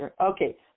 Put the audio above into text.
okay